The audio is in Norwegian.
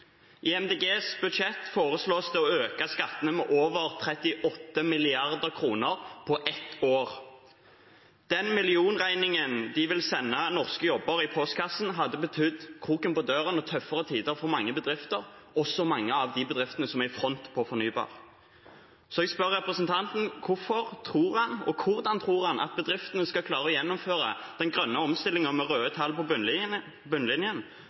I MDGs budsjett foreslås det å øke skattene med over 38 mrd. kr på ett år. Den millionregningen de vil sende norske jobber i postkassen, hadde betydd kroken på døra og tøffere tider for mange bedrifter, også mange av de bedriftene som er i front på fornybar. Så jeg spør representanten: Hvorfor tror han, og hvordan tror han, at bedriftene skal klare å gjennomføre den grønne omstillingen med røde tall på bunnlinjen?